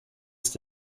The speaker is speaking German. ist